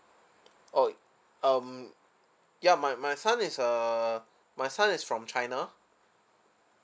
oh he um ya my my son is uh my son is from china